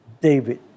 David